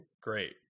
Great